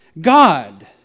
God